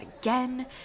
again